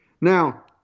Now